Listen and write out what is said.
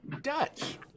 Dutch